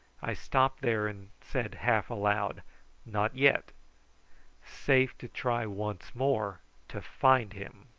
i stopped there and said half aloud not yet safe to try once more to find him.